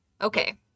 Okay